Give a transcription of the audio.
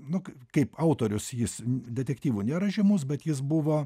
nu kaip autorius jis detektyvų nėra žymus bet jis buvo